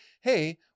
Hey